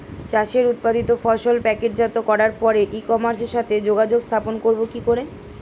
চাষের উৎপাদিত ফসল প্যাকেটজাত করার পরে ই কমার্সের সাথে যোগাযোগ স্থাপন করব কি করে?